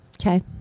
Okay